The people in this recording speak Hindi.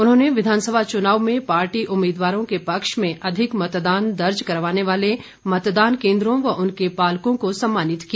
उन्होंने विधानसभा चुनाव में पार्टी उम्मीदवारों के पक्ष में अधिक मतदान दर्ज करवाने वाले मतदान केन्द्रों व उनके पालकों को सम्मानित किया